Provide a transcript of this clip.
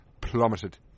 plummeted